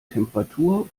temperatur